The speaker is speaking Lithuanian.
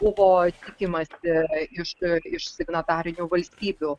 buvo tikimasi iš iš signatarinių valstybių